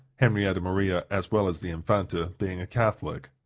henrietta maria, as well as the infanta, being a catholic.